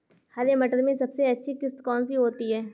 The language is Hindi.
हरे मटर में सबसे अच्छी किश्त कौन सी होती है?